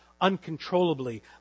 uncontrollably